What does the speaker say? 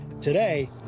Today